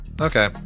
Okay